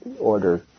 order